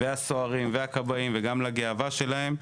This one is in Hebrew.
הסוהרים והכבאים וגם לגאווה שלהם.